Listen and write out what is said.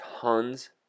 tons